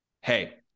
hey